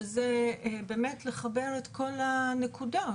שזה באמת לחבר את כל הנקודות,